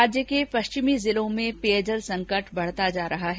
राज्य के पश्चिमी जिलों में पानी का संकट बढता जा रहा है